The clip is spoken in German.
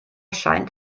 scheint